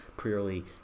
purely